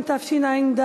22 בעד, תשעה נגד.